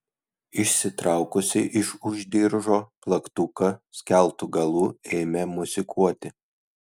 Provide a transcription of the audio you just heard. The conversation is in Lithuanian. išsitraukusi iš už diržo plaktuką skeltu galu ėmė mosikuoti